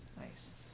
nice